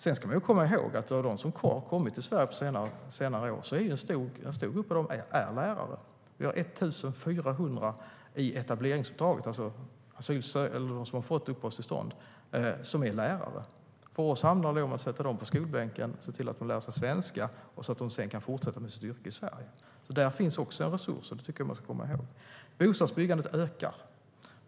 Sedan ska man komma ihåg att av dem som har kommit till Sverige på senare år är en stor grupp lärare. Vi har 1 400 i etableringsuppdraget, alltså som har fått uppehållstillstånd och är lärare. För oss handlar det om att sätta dem på skolbänken och se till att de lär sig svenska så att de sedan kan fortsätta i sitt yrke i Sverige. Där finns också en resurs, och det tycker jag att man ska komma ihåg. Bostadsbyggandet ökar.